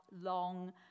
long